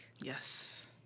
Yes